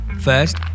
First